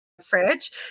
fridge